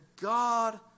God